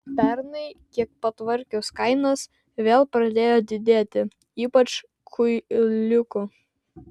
pernai kiek patvarkius kainas vėl pradėjo didėti ypač kuiliukų